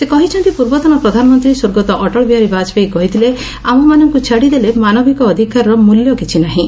ସେ କହିଛନ୍ତି ପୂର୍ବତନ ପ୍ରଧାନମନ୍ତ୍ରୀ ସ୍ୱର୍ଗତ ଅଟଳ ବିହାରୀ ବାଜପେୟୀ କହିଥିଲେ ଆମମାନଙ୍କୁ ଛାଡ଼ିଦେଲେ ମାନବିକ ଅଧିକାରର ମୂଲ୍ୟ କିଛି ନାହିଁ